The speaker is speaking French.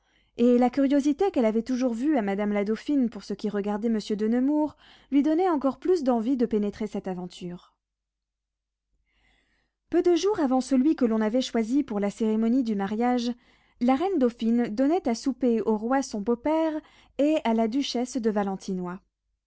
et la curiosité qu'elle avait toujours vue à madame la dauphine pour ce qui regardait monsieur de nemours lui donnait encore plus d'envie de pénétrer cette aventure peu de jour avant celui que l'on avait choisi pour la cérémonie du mariage la reine dauphine donnait à souper au roi son beau-père et à la duchesse de valentinois